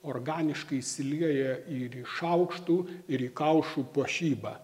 organiškai įsilieja ir į šaukštų ir į kaušų puošybą